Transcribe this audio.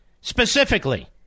Specifically